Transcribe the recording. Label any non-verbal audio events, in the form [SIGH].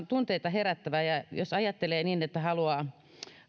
[UNINTELLIGIBLE] tunteita herättävää ja ja jos ajattelee niin että haluaa